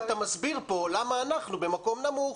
למה אנחנו במקום נמוך.